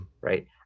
right